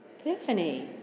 Epiphany